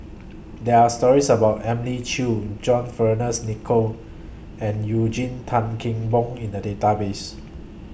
There Are stories about Elim Chew John Fearns Nicoll and Eugene Tan Kheng Boon in The Database